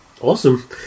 Awesome